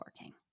working